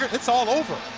it's all over.